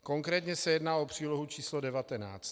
Konkrétně se jedná o přílohu č. 19.